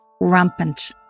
rampant